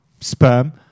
sperm